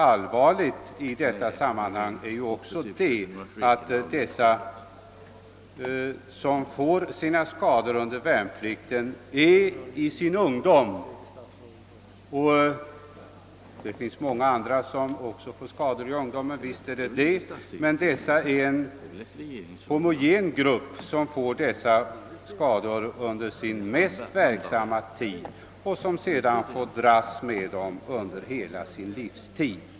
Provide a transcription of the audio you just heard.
Allvarligt är också i detta sammanhang att dessa, som ådrar sig sina skador under värnpliktstiden, befinner sig i sin ungdom. Visst finns det många andra kategorier som också skadar sig under ungdomsåren, men de värnpliktiga som råkar ut för dessa skador är en homogen grupp som får skadorna under sin mest verksamma tid och som sedan måste dras med sviterna under hela sin livstid.